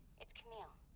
it's camille.